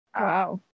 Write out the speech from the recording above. Wow